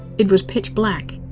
it was pitch black.